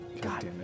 God